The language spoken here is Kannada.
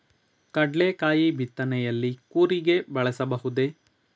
ಕಡ್ಲೆಕಾಯಿ ಬಿತ್ತನೆಯಲ್ಲಿ ಕೂರಿಗೆ ಬಳಸಬಹುದೇ?